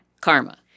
Karma